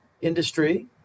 industry